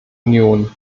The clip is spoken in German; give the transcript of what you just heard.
union